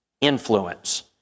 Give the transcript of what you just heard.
influence